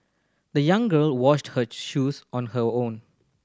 the young girl washed her shoes on her own